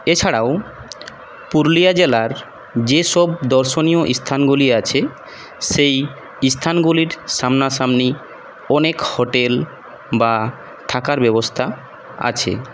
এছাড়াও পুরুলিয়া জেলার যে সব দর্শনীয় স্থানগুলি আছে সেই স্থানগুলির সামনাসামনি অনেক হোটেল বা থাকার ব্যবস্থা আছে